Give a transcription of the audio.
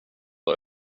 och